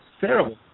terrible